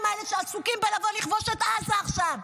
האלה שעסוקים בלבוא לכבוש את עזה עכשיו,